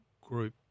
group